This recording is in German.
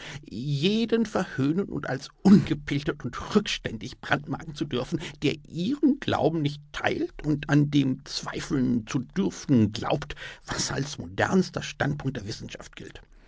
jeden verhöhnen und als ungebildet und rückständig brandmarken zu dürfen der ihren glauben nicht teilt und an dem zweifeln zu dürfen glaubt was als modernster standpunkt der wissenschaft gilt